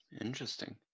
Interesting